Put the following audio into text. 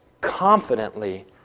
confidently